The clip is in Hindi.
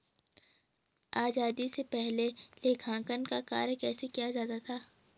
आजादी से पहले लेखांकन का कार्य कैसे किया जाता था?